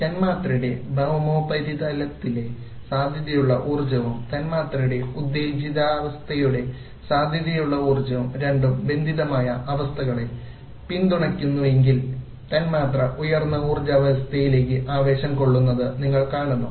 തന്മാത്രയുടെ ഭൌമോപരിതലത്തിലെ സാധ്യതയുള്ള ഊർജ്ജവും തന്മാത്രയുടെ ഉത്തേജിതാവസ്ഥയുടെ സാധ്യതയുള്ള ഊർജ്ജവും രണ്ടും ബന്ധിതമായ അവസ്ഥകളെ പിന്തുണയ്ക്കുന്നുവെങ്കിൽ തന്മാത്ര ഉയർന്ന ഊർജ്ജാവസ്ഥയിലേക്ക് ആവേശം കൊള്ളുന്നത് നിങ്ങൾ കാണുന്നു